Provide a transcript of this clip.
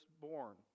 born